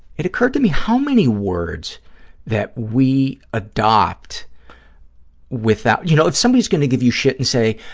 it occurred to me how many words that we adopt without, you know, if somebody's going to give you shit and say,